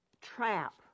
trap